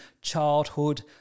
childhood